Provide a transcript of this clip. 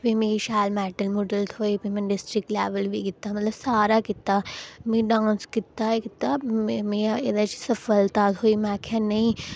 प्ही मीं शैल मैडल थ्होए प्ही में डिस्ट्रिक्ट लेवल बी ते मतलब सारा कीता में डांस कीता कीता में एह्दे च सफलता थ्होई में आखेआ नेईं